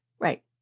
Right